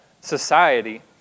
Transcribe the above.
society